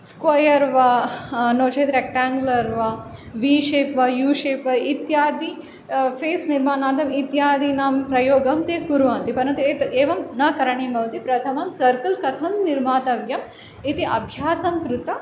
square वा नोचेत् rectangular वा वी शेप् वा यू शेप् वा इत्यादि फ़ेस् निर्मानार्तम् इत्यादिनां प्रयोगं ते कुर्वन्ति परन्तु एत एवं न करणीयं भवति प्रथमं सर्कल् कथं निर्मातव्यं इति अभ्यासं कृत्वा